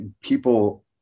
people